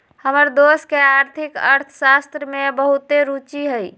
हमर दोस के आर्थिक अर्थशास्त्र में बहुते रूचि हइ